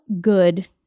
good